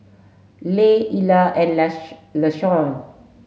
Leigh Illa and Lashawn